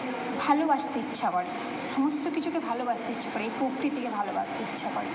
ভালোবাসতে ইচ্ছা করে সমস্ত কিছুকে ভালোবাসতে ইচ্ছে করে ভালোবাসতে ইচ্ছা করে